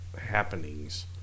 happenings